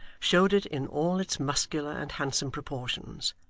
showed it in all its muscular and handsome proportions.